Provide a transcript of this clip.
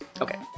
okay